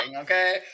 Okay